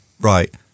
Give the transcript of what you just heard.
right